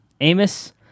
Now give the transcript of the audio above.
Amos